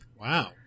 Wow